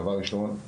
דבר ראשון,